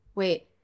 Wait